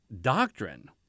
doctrine